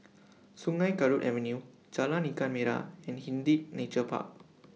Sungei Kadut Avenue Jalan Ikan Merah and Hindhede Nature Park